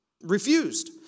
refused